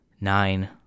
nine